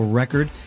record